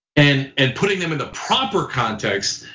and and putting them in the proper context,